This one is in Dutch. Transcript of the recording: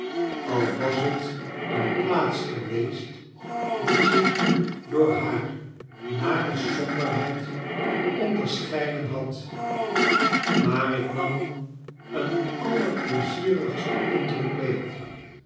al was het een plaats geweest die zich door haar nare somberheid onderscheiden had maar ik nam een allerpleizierigsten indruk mee